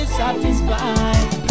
satisfied